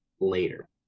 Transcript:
later